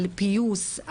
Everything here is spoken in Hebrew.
על פיוס,